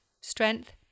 strength